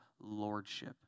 lordship